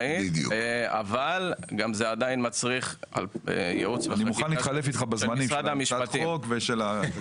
אבל זה עדיין מצריך ייעוץ וחקיקה של משרד המשפטים.